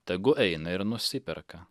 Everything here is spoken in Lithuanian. tegu eina ir nusiperka